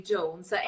Jones